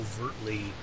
overtly